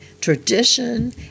tradition